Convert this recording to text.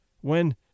when